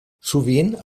sovint